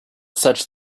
such